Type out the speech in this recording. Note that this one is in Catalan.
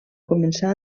començar